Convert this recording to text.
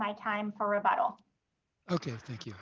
my time or a bottle ok thank you